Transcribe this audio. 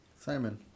Simon